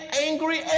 angry